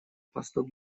посту